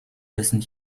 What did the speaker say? dessen